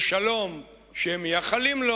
לשלום שהם מייחלים לו.